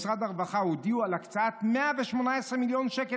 במשרד הרווחה הודיעו על הקצאת 118 מיליון שקל